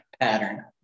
pattern